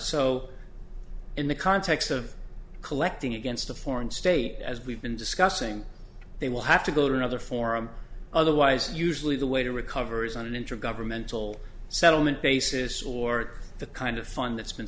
so in the context of collecting against a foreign state as we've been discussing they will have to go to another forum otherwise usually the way to recover is on an intergovernmental settlement basis or the kind of fun